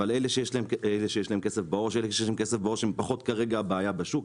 אבל אלה שיש להם כסף בעו"ש הם פחות כרגע הבעיה בשוק.